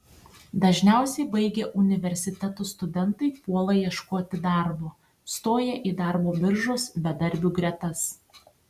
dažniausiai baigę universitetus studentai puola ieškoti darbo stoja į darbo biržos bedarbių gretas